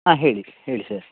ಹಾಂ ಹೇಳಿ ಹೇಳಿ ಸರ್